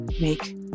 make